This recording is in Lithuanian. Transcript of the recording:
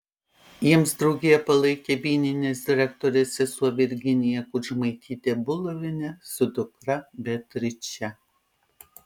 jiems draugiją palaikė vyninės direktorės sesuo virginija kudžmaitytė bulovienė su dukra beatriče